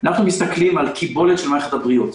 אנחנו מסתכלים על קיבולת של מערכת הבריאות,